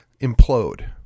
implode